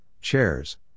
chairs